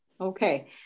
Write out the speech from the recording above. Okay